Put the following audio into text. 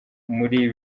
muri